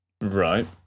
Right